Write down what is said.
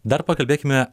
dar pakalbėkime